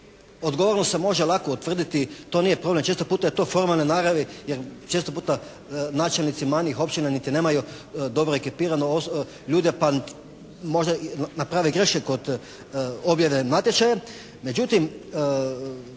odgovornost se može lako utvrditi, to nije problem, često puta je to formalne naravi jer često puta načelnici manjih općina niti nemaju dobro ekipirane ljude pa možda naprave greške kod objave natječaja.